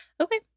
Okay